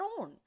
own